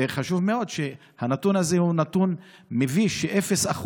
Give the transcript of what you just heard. וחשוב מאוד שהנתון הזה הוא נתון מביש, 0%,